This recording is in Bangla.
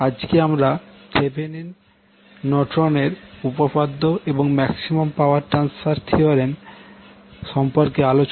আজকে আমরা থেভেনিনThevenin's নর্টনের Norton's উপপাদ্য এবং ম্যাক্সিমাম পাওয়ার ট্রান্সফার থিওরেম সম্পর্কে আলোচনা করবো